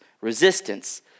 resistance